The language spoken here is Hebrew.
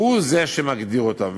והוא שמגדיר אותם,